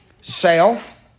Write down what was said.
Self